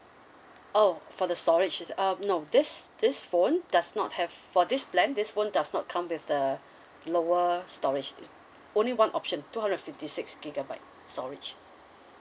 oh for the storage is um no this this phone does not have for this plan this phone does not come with the lower storage is only one option two hundred and fifty six gigabyte storage